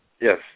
Yes